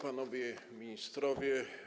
Panowie Ministrowie!